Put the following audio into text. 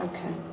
Okay